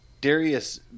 Darius